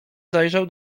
zajrzał